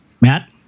Matt